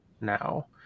now